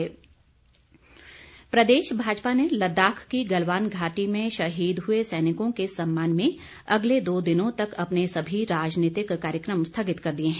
भाजपा प्रदेश भाजपा ने लद्दाख की गलवान घाटी में शहीद हुए सैनिकों के सम्मान में अगले दो दिनों तक अपने सभी राजनीतिक कार्यक्षम स्थगित कर दिए हैं